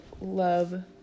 love